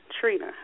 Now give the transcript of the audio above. Trina